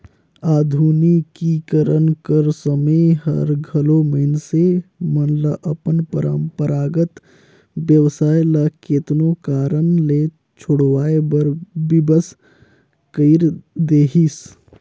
आधुनिकीकरन कर समें हर घलो मइनसे मन ल अपन परंपरागत बेवसाय ल केतनो कारन ले छोंड़वाए बर बिबस कइर देहिस